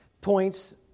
points